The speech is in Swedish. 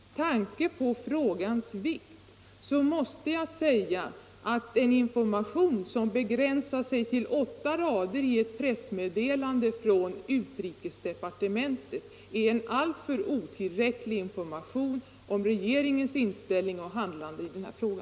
Herr talman! Med tanke på frågans vikt måste jag säga att åtta rader i ett pressmeddelande från utrikesdepartementet är otillräcklig information om regeringens inställning och handlande i denna fråga.